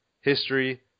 History